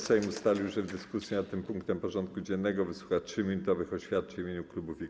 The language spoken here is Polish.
Sejm ustalił, że w dyskusji nad tym punktem porządku dziennego wysłucha 3-minutowych oświadczeń w imieniu klubów i koła.